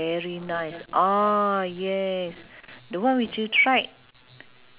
cars or shopping entertainment hobbies